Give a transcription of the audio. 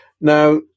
Now